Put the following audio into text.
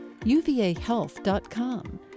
uvahealth.com